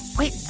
wait.